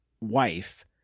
wife